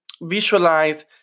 visualize